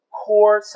core